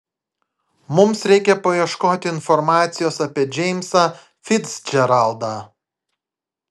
mums reikia paieškoti informacijos apie džeimsą ficdžeraldą